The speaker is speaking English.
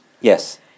Yes